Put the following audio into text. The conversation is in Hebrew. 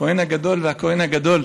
הכהן הגדול והכהן הגדול,